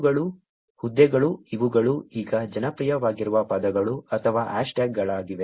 ಇವುಗಳು ಹುದ್ದೆಗಳು ಇವುಗಳು ಈಗ ಜನಪ್ರಿಯವಾಗಿರುವ ಪದಗಳು ಅಥವಾ ಹ್ಯಾಶ್ಟ್ಯಾಗ್ಗಳಾಗಿವೆ